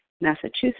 Massachusetts